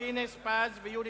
בעד,